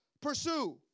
pursue